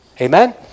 Amen